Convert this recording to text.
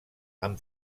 amb